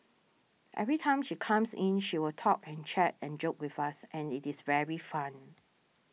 every time she comes in she will talk and chat and joke with us and it is very fun